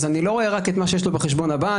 אז אני לא רואה רק את מה שיש לו רק בחשבון הבנק.